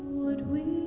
would we